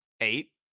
eight